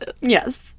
Yes